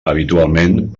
habitualment